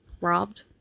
robbed